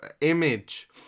image